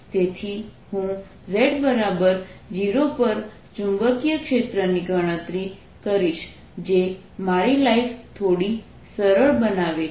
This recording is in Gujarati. તેથી હું z0 પર ચુંબકીય ક્ષેત્રની ગણતરી કરીશ જે મારી લાઈફ થોડી સરળ બનાવે છે